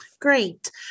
Great